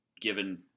given